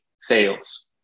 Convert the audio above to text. sales